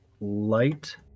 light